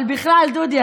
אבל בכלל דודי,